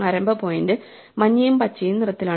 ആരംഭ പോയിന്റ് മഞ്ഞയും പച്ചയും നിറത്തിലാണ്